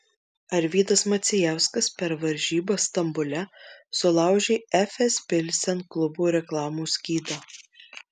arvydas macijauskas per varžybas stambule sulaužė efes pilsen klubo reklamos skydą